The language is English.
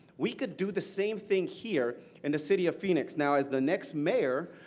we could do the same thing here in the city of phoenix. now as the next mayor,